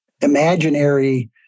imaginary